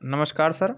नमस्कार सर